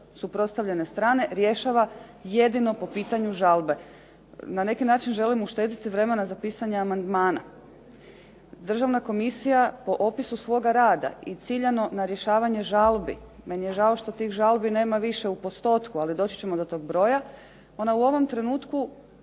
suprotstavljene strane rješava jedino po pitanju žalbe. Na neki način želimo uštediti vremena za pisanje amandmana. Državna komisija po opisu svoga rada i ciljano na rješavanje žalbi, meni je žao što tih žalbi nema više u postotku, ali doći ćemo do tog broja. Ona u ovom trenutku